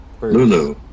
Lulu